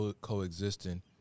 coexisting